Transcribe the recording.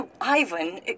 Ivan